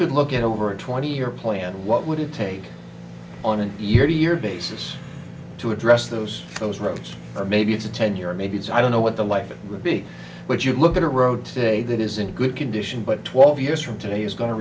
could look at over a twenty year plan what would it take on a year to year basis to address those those roads or maybe it's a ten year maybe i don't know what the life it would be but you look at a road today that is in good condition but twelve years from today is going to